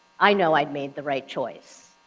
i know i'd made the right choice.